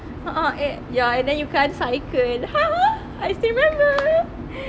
a'ah eh ya and then you can't cycle I still remember